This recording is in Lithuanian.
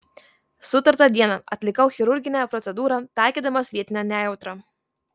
sutartą dieną atlikau chirurginę procedūrą taikydamas vietinę nejautrą